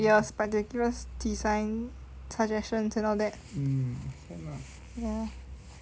but they will give us design suggestions and all that ya